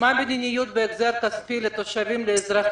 מה המדיניות באשר להחזר כספי לאזרחים?